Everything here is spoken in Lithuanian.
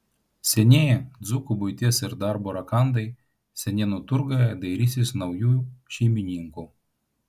senieji dzūkų buities ir darbo rakandai senienų turguje dairysis naujų šeimininkų